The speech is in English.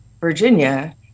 Virginia